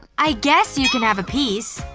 i guess you can have a piece.